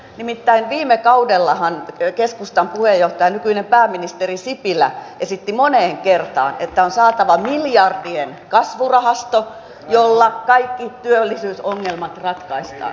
nimittäin viime kaudellahan keskustan puheenjohtaja nykyinen pääministeri sipilä esitti moneen kertaan että on saatava miljardien kasvurahasto jolla kaikki työllisyysongelmat ratkaistaan